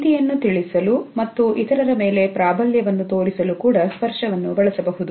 ಚೀಟಿಯನ್ನು ತಿಳಿಸಲು ಮತ್ತು ಇತರರ ಮೇಲೆ ಪ್ರಾಬಲ್ಯವನ್ನು ತೋರಿಸಲು ಕೂಡ ಸ್ಪರ್ಶವನ್ನು ಬಳಸಬಹುದು